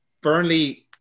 Burnley